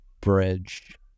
bridge